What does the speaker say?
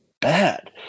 bad